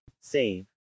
save